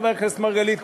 חבר הכנסת מרגלית,